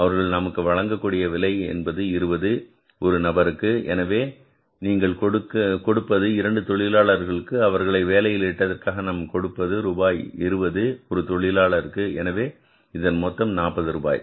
அவர்களுக்கு நாம் வழங்கக்கூடிய விலை எவ்வளவு விலை ரூபாய் 20 ஒரு நபருக்கு எனவே எனவே நீங்கள் கொடுப்பது 2 தொழிலாளர்களுக்கு அவர்களை வேலையில் இட்டதற்காக நாம் கொடுப்பது ரூபாய் 20 ஒரு தொழிலாளருக்கு எனவே இதன் மொத்தம் 40 ரூபாய்